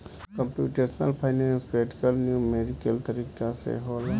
computational finance practical numerical तरीका से होला